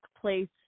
place